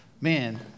man